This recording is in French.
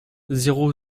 zéro